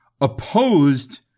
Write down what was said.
opposed